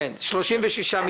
סליחה,